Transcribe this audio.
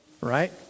Right